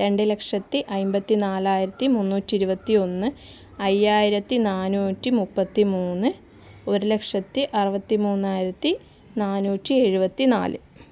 രണ്ടു ലക്ഷത്തി അൻപത്തി നാലായിരത്തി മുന്നൂറ്റി ഇരുപത്തി ഒന്ന് അയ്യായിരത്തി നാനൂറ്റി മുപ്പത്തിമൂന്ന് ഒരുലക്ഷത്തി ആറുപത്തി മൂവായിരത്തി നാനൂറ്റി ഏഴുപത്തി നാല്